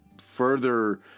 further